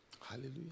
Hallelujah